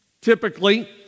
Typically